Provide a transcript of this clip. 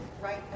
right